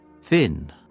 thin